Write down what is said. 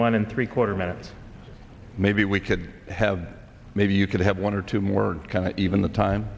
one and three quarter minutes maybe we could have maybe you could have one or two more even the time